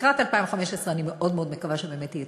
לקראת 2015 אני מאוד מאוד מקווה שבאמת תהיה תוספת,